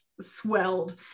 swelled